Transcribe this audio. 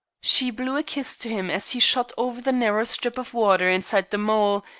she blew a kiss to him as he shot over the narrow strip of water inside the mole,